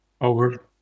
Over